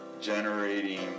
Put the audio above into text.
generating